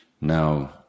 Now